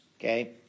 okay